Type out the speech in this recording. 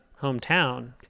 hometown